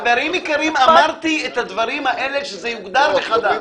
חברים יקרים, אמרתי שהדברים האלה יוגדרו מחדש.